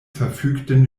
verfügten